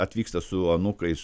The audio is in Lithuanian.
atvyksta su anūkais